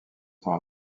temps